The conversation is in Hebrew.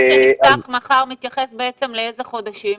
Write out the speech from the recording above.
מה שנפתח מחר מתייחס לאיזה חודשים?